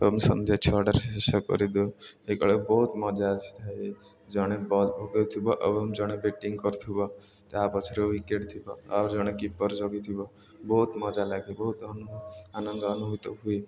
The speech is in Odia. ଏବଂ ସନ୍ଧ୍ୟା ଛଅଟାରେ ଶେଷ କରିଦେଉ ଏଇ କାଳେ ବହୁତ ମଜା ଆସିଥାଏ ଜଣେ ବଲ ଭୋଗ ଜଣେ ବ୍ୟାଟିଂ କରୁଥିବ ତା' ପଛରେ ୱିକେଟ୍ ଥିବ ଆଉ ଜଣେ କିପର୍ ଜଗିଥିବ ବହୁତ ମଜା ଲାଗେ ବହୁତ ଆନନ୍ଦ ଅନୁଭୂତ ହୁଏ